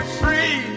free